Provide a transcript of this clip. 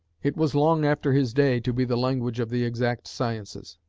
it was long after his day to be the language of the exact sciences.